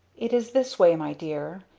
it is this way, my dear.